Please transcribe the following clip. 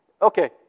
Okay